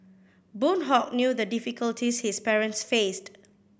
Boon Hock knew the difficulties his parents faced